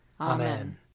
Amen